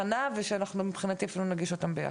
מבחינתי נגיש אותן יחד.